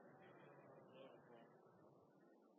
er det klart